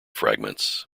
fragments